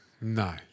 No